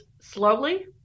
slowly